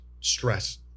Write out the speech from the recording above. stress